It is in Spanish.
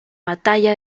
batalla